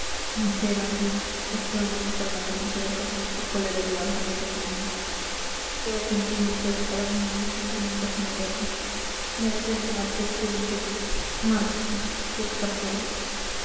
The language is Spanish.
miserable exclamó d fernando sin poder contener su cólera y levantándose también veo que en ti no puede caber ningún sentimiento generoso mereces la abyección en que vives márchate quiero estar solo